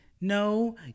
no